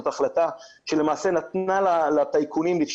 החלטה שלמעשה נתנה לטייקונים את האפשרות